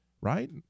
right